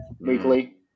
weekly